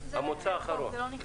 האחרון.